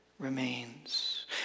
remains